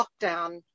lockdown